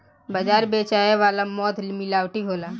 बाजार बेचाए वाला मध मिलावटी होला